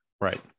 Right